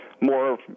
more